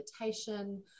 meditation